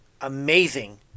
amazing